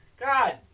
God